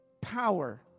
power